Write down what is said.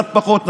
קצת פחות,